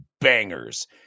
bangers